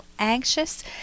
anxious